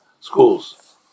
schools